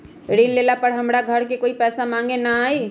ऋण लेला पर हमरा घरे कोई पैसा मांगे नहीं न आई?